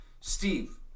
Steve